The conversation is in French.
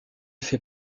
fait